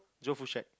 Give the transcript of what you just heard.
Joe food shack